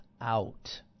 out